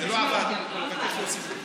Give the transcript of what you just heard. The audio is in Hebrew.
זה לא עבד, אני מבקש להוסיף אותי.